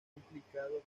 implicado